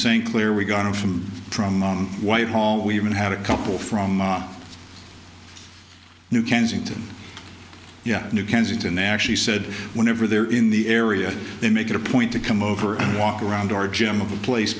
st clair we got him from from whitehall we even had a couple from new kensington yeah new kensington actually said whenever they're in the area they make it a point to come over and walk around our gym of the place